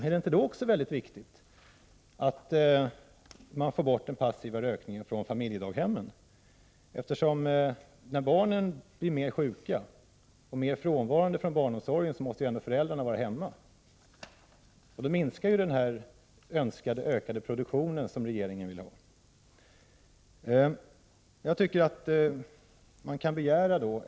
Är det då inte viktigt att man får bort den passiva rökningen från familjedaghemmen, eftersom föräldrarna, när barnen blir oftare sjuka och frånvarande från barnomsorgen, måste vara hemma? Då blir det ju en mindre produktionsökning än vad regeringen önskar.